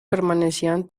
permanecían